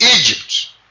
Egypt